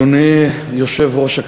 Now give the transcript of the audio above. אדוני היושב-ראש,